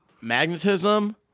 Magnetism